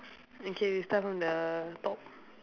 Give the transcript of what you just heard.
okay you start from the top